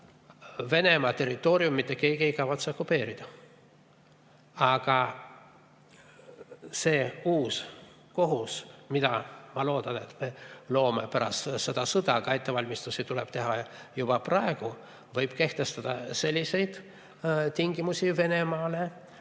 Venemaa territooriumi mitte keegi ei kavatse okupeerida. Aga see uus kohus, mille, ma loodan, me loome pärast seda sõda, aga ettevalmistusi tuleb teha juba praegu, võib kehtestada selliseid tingimusi Venemaale,